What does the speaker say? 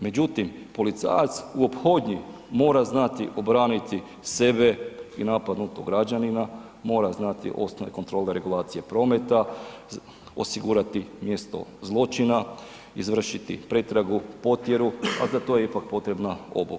Međutim, policajac u ophodni mora znati obraniti sebe i napadnutog građanina, mora znati osnovne kontrole regulacije prometa, osigurati mjesto zločina, izvršiti pretragu, potjeru, a za to je ipak potrebna obuka.